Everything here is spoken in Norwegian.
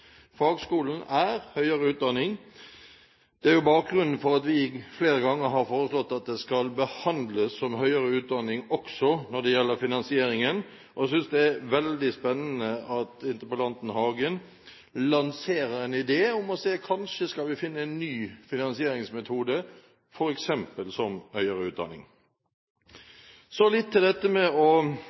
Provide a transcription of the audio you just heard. Fagskolen er høyere utdanning. Det er bakgrunnen for at vi flere ganger har foreslått at den skal behandles som høyere utdanning også når det gjelder finansieringen. Og jeg synes det er veldig spennende at representanten Hagen lanserer en idé om å se på om vi kanskje skal finne en ny finansieringsmetode, f.eks. som høyere utdanning. Så litt til dette med å